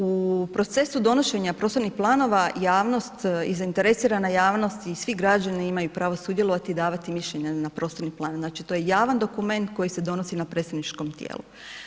U procesu donošenja prostornih planova, javnost i zainteresirana javnost i svi građanima imaju pravo sudjelovati i davati mišljenje na prostorni plan, znači to je javan dokument koji se donosi na predsjedničkom tijelu.